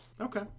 okay